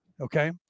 Okay